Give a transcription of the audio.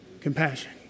compassion